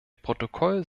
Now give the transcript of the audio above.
protokoll